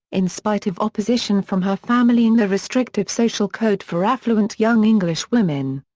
in spite of opposition from her family and the restrictive social code for affluent young english women.